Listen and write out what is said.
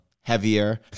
heavier